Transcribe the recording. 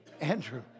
Andrew